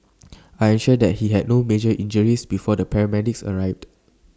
I ensured that he had no major injuries before the paramedics arrived